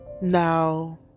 Now